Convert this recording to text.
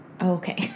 Okay